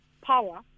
power